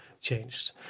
changed